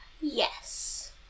Yes